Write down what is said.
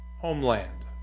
homeland